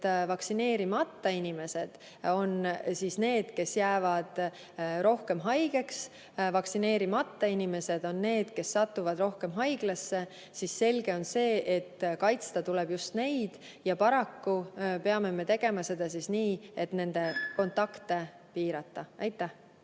et vaktsineerimata inimesed on need, kes jäävad rohkem haigeks, vaktsineerimata inimesed on need, kes satuvad rohkem haiglasse, siis selge on see, et kaitsta tuleb just neid. Paraku peame me tegema seda nii, et nende kontakte tuleb piirata. Aitäh!